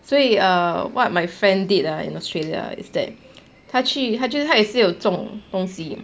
所以 err what my friend did ah in australia is that 他去 actually 他也是有种东西